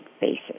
basis